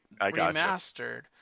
remastered